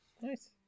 nice